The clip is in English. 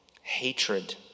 Hatred